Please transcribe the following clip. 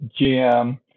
GM